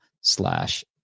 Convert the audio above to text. slash